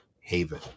haven